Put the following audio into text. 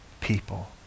people